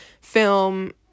film